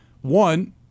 One